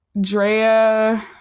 Drea